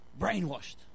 Brainwashed